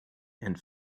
and